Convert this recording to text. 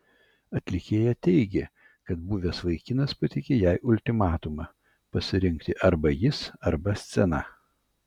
atlikėja teigė kad buvęs vaikinas pateikė jai ultimatumą pasirinkti arba jis arba scena